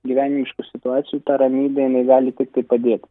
gyvenimiškų situacijų ta ramybė jinai gali tiktai padėti